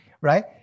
right